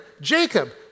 Jacob